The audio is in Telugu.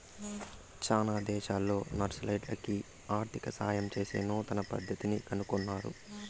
చాలా దేశాల్లో నక్సలైట్లకి ఆర్థిక సాయం చేసే నూతన పద్దతిని కనుగొన్నారు